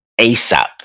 asap